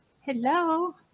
Hello